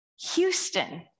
Houston